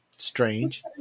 Strange